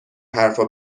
حرفا